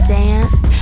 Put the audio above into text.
dance